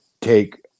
take